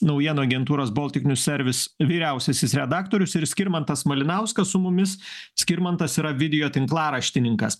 naujienų agentūros boltik njūs servis vyriausiasis redaktorius ir skirmantas malinauskas su mumis skirmantas yra video tinklaraštininkas